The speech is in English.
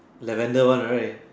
Lavender one right